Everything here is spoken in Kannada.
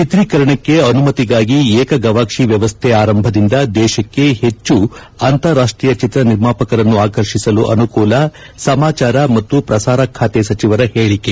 ಚಿತ್ರೀಕರಣಕ್ಕೆ ಅನುಮತಿಗಾಗಿ ಏಕಗವಾಕ್ಷಿ ವ್ಯವಸ್ಥೆ ಆರಂಭದಿಂದ ದೇಶಕ್ಕೆ ಹೆಚ್ಚು ಅಂತಾರಾಷ್ಟೀಯ ಚಿತ್ರ ನಿರ್ಮಾಪಕರನ್ನು ಆಕರ್ಷಿಸಲು ಅನುಕೂಲ ಸಮಾಚಾರ ಮತ್ತು ಪ್ರಸಾರ ಖಾತೆ ಸಚಿವರ ಹೇಳಿಕೆ